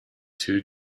two